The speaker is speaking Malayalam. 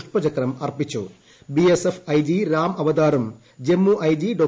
പുഷ്പചക്രം B S F I G Ram അവതാറും ജമ്മു ഐ ജി ഡോ